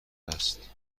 است